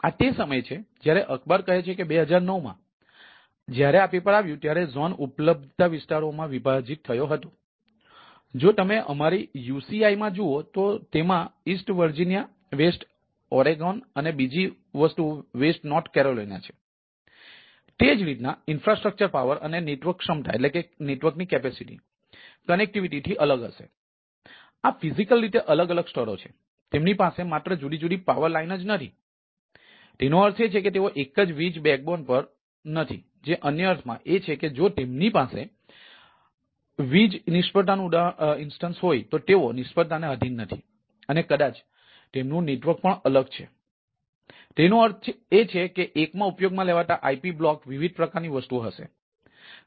આ તે સમય છે જ્યારે અખબાર કહે છે કે 2009માં જ્યારે આ પેપર આવ્યું ત્યારે ઝોન વિવિધ પ્રકારની વસ્તુઓ હશે